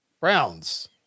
Browns